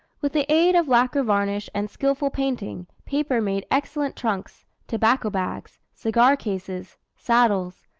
with the aid of lacker varnish and skilful painting, paper made excellent trunks, tobacco bags, cigar cases, saddles,